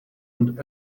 und